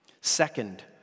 Second